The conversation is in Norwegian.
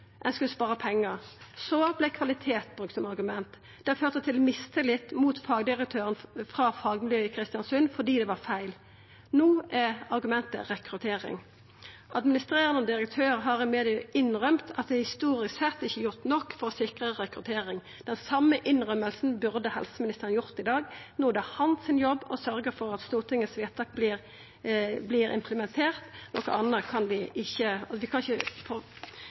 Ein skulle spara pengar. Så vart kvalitet brukt som argument. Det førte til mistillit mot fagdirektøren frå fagmiljøet i Kristiansund fordi det var feil. No er argumentet rekruttering. Administrerande direktør har i media innrømt at det historisk sett ikkje er gjort nok for å sikra rekruttering. Den same innrømminga burde helseministeren ha gjort i dag. No er det hans jobb å sørgja for at Stortingets vedtak vert implementert. Dette må vi faktisk få til. Noko anna kan vi ikkje akseptera. Det vi